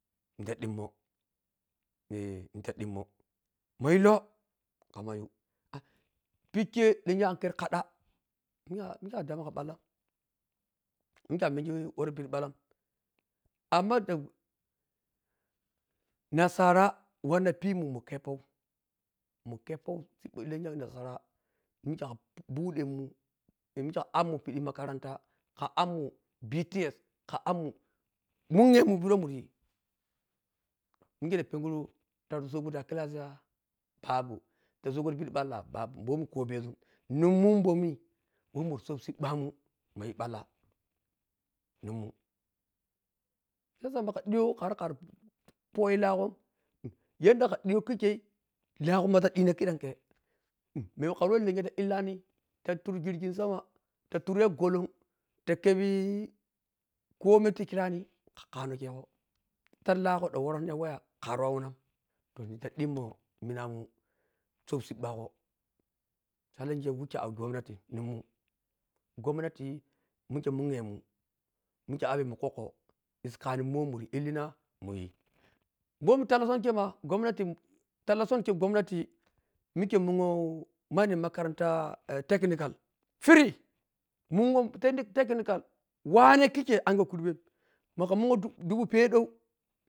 Nhi ta dhimmoh nhi ta dhimmoh ma illoh khamma yu pikkhe lennya ankhar khadha mikhe mikhe a dami kha balla amma shan nasara wanna pimun mu keppo mu keppo sibba lennya nasara mikha budemun mikhe kha ammaun bidhi makaranta kha ammun bts kha ammun munye mun pidhi wah muriyi mekha ta penguro ta sobbi sibba ta penguru ta sobbi sibba ta class yha? Babu ta sogho ti pidhi balla babu bomi khobezun nhimun bemi wah muro soɓɓi saiɓɓamun muyi balla nimun shiyasa makha hdiyho khara khari poghe siɓɓgho ti makaranta yadda khadhiyho kikkhelahgho ma ta dhina khedhern khr mr khare wah lennya ta illahni ta turi girgi sama ta turiyha gollung ta khebe komi ta kyirani kha khanu khegho sadhi lahgho khan woron ya way khari wawunam to nhita dhimmoh minamun ma soɓbi sibbagho talla khe wihke awah gomnati women gomnati mikhe munwahmun mikhe amman kwokwo issi khanina wunun wah mudhi illina munyi bomi talla sonkhe ma gomnati talla sunkhe gomnati mikhe munwo manni makaranta technical free munwo techni technical wahhni kikkhe makha munwo dubu pedhau